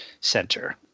Center